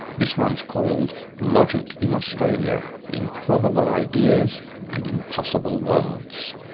this one's called logic in australia improbable ideas and impossible worlds.